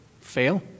fail